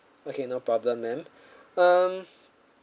okay no problem ma'am um